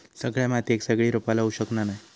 सगळ्या मातीयेत सगळी रोपा लावू शकना नाय